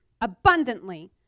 abundantly